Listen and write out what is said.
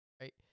Right